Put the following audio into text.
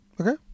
okay